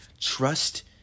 Trust